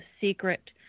secret